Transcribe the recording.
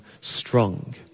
strong